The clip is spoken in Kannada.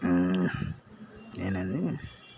ಏನೇನು